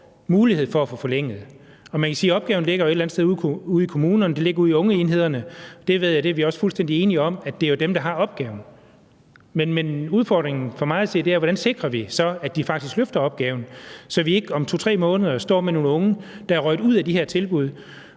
lige om lidt. Man kan sige, at opgaven jo et eller andet sted ligger ude i kommunerne, ude i ungeenhederne. Det ved jeg at vi er fuldstændig enige om, altså at det er dem, der har opgaven. Men udfordringen for mig at se er, hvordan vi så sikrer, at de faktisk løfter opgaven, så vi ikke om 2-3 måneder står med nogle unge, der er røget ud af de her tilbud